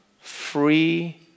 free